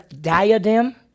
diadem